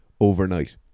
Overnight